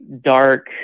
dark